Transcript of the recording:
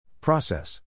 Process